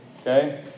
Okay